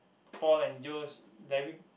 Paul and Joe's diving